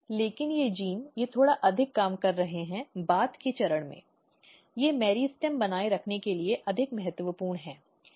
लेकिन ये जीन ये थोड़ा अधिक काम कर रहे हैं बाद के चरण में वे मेरिस्टेम बनाए रखने के लिए अधिक महत्वपूर्ण हैं